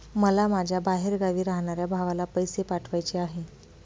मला माझ्या बाहेरगावी राहणाऱ्या भावाला पैसे पाठवायचे आहे